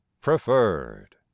preferred